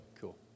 cool